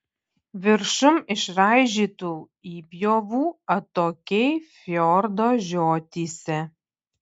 viršum išraižytų įpjovų atokiai fjordo žiotyse